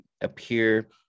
appear